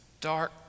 dark